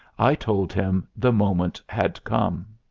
i told him the moment had come.